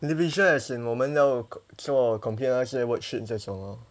individual as in 我们要做 complete 那些 worksheet 这种 lor